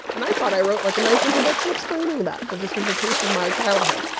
and i thought i wrote, like, a nice introduction explaining that that this was the taste of my childhood.